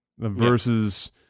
versus